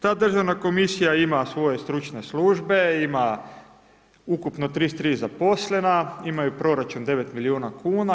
Ta državna komisija ima svoje stručne službe, ima ukupno 33 zaposlena, imaju proračun 9 milijuna kuna.